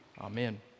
Amen